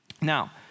Now